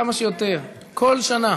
כמה שיותר, כל שנה.